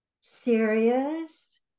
serious